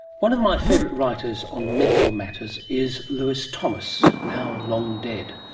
one of my favourite writers on medical matters is lewis thomas, now long dead,